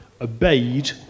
obeyed